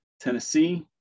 Tennessee